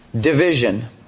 division